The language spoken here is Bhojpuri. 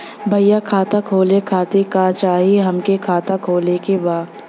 भईया खाता खोले खातिर का चाही हमके खाता खोले के बा?